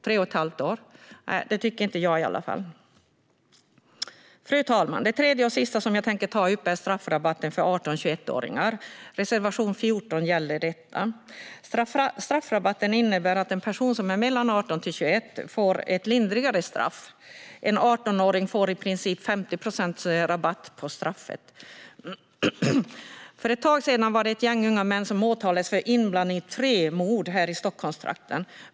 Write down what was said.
Det tycker i alla fall inte jag. Fru talman! Det tredje och sista som jag tänker ta upp är straffrabatten för 18-21-åringar. Reservation 14 gäller det. Straffrabatten innebär att en person som är mellan 18 och 21 år får ett lindrigare straff. En 18-åring får i princip 50 procents rabatt på straffet. För ett tag sedan åtalades ett gäng unga män för inblandning i tre mord här i Stockholmstrakten.